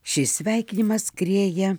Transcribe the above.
šis sveikinimas skrieja